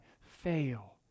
fail